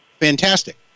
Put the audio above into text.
Fantastic